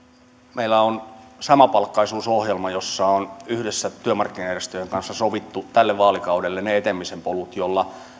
meillä on samapalkkaisuusohjelma jossa on yhdessä työmarkkinajärjestöjen kanssa sovittu tälle vaalikaudelle ne etenemisen polut joilla